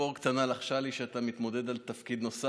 ציפור קטנה לחשה לי שאתה מתמודד על תפקיד נוסף.